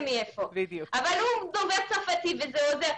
נכון, אבל הוא דובר צרפתית וזה עוזר.